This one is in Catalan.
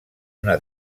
una